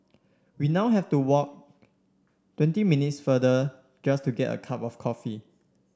we now have to walk twenty minutes farther just to get a cup of coffee